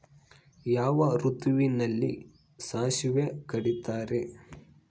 ಯಾವ ಋತುವಿನಲ್ಲಿ ಸಾಸಿವೆ ಕಡಿತಾರೆ?